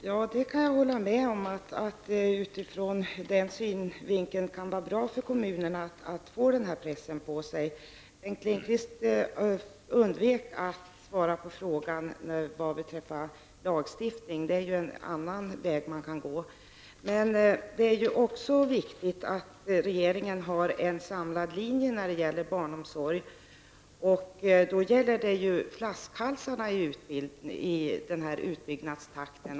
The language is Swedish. Herr talman! Jag kan hålla med om att det utifrån den synpunkten kan vara bra för kommunerna att få den pressen på sig. Bengt Lindqvist undvek att svara på frågan vad beträffar lagstiftning. Det är ju en annan väg man kan gå. Det är också viktigt att regeringen har en samlad linje när det gäller barnomsorgen. Man måste då se på flaskhalsarna i fråga om utbyggnaden.